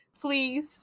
Please